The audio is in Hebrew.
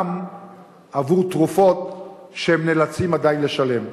גם עבור תרופות שהם נאלצים עדיין לשלם עליהן.